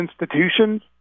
institutions